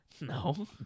No